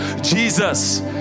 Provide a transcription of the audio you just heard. jesus